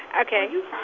Okay